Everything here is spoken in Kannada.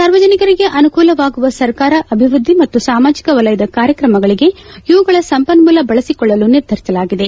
ಸಾರ್ವಜನಿಕರಿಗೆ ಅನುಕೂಲವಾಗುವ ಸರ್ಕಾರ ಅಭಿವೃದ್ದಿ ಮತ್ತು ಸಾಮಾಜಿಕ ವಲಯದ ಕಾರ್ಯತ್ರಮಗಳಿಗೆ ಇವುಗಳ ಸಂಪನ್ನೂಲ ಬಳಸಿಕೊಳ್ಳಲು ನಿರ್ಧರಿಸಲಾಗಿದೆ